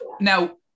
Now